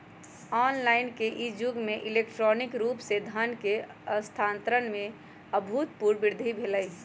online के इ जुग में इलेक्ट्रॉनिक रूप से धन के स्थानान्तरण में अभूतपूर्व वृद्धि भेल हइ